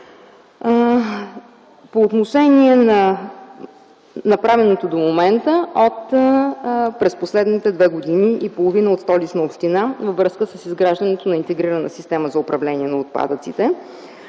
по отношение на направеното до момента – през последните две години и половина от Столична община във връзка с изграждането на интегрирана система за управление на отпадъците.